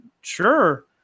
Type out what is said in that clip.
Sure